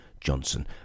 johnson